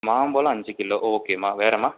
மாம்பழம் அஞ்சு கிலோ ஓகேம்மா வேறும்மா